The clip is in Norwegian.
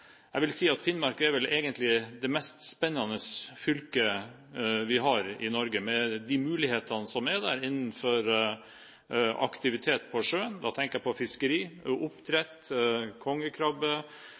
Jeg vil si at Finnmark egentlig er det mest spennende fylket vi har i Norge, med de mulighetene man har for aktivitet på sjøen, da tenker jeg på fiskeri,